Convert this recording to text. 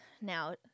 now